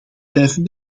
blijven